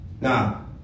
now